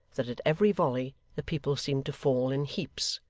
that at every volley the people seemed to fall in heaps.